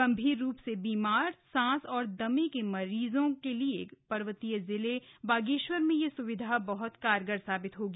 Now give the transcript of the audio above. गंभीर रू से बीमार सांस दमा के रोगियों के लिए र्वतीय जिले बागेश्वर में यह सुविधा बहुत कारगर साबित होगी